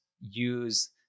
use